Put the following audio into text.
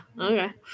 Okay